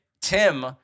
Tim